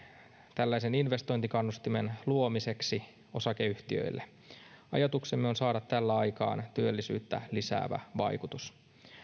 tällaisen investointikannustimen luomiseksi osakeyhtiöille ajatuksemme on saada tällä aikaan työllisyyttä lisäävä vaikutus